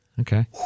Okay